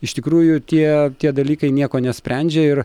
iš tikrųjų tie tie dalykai nieko nesprendžia ir